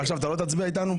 ועכשיו אתה לא תצביע איתנו?